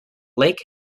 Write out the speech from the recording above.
lake